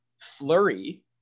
Flurry